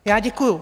Já děkuji.